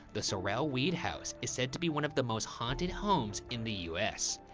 the sorrel-weed house is said to be one of the most haunted homes in the u s.